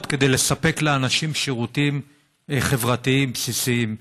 כדי לספק לאנשים שירותים חברתיים בסיסיים.